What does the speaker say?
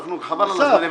חבל על הזמן.